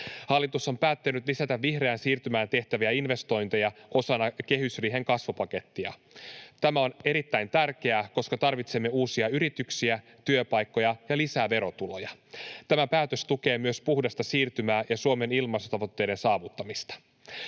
Hallitus on päättänyt lisätä vihreään siirtymään tehtäviä investointeja osana kehysriihen kasvupakettia. Tämä on erittäin tärkeää, koska tarvitsemme uusia yrityksiä, työpaikkoja ja lisää verotuloja. Tämä päätös tukee myös puhdasta siirtymää ja Suomen ilmastotavoitteiden saavuttamista.